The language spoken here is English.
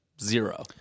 Zero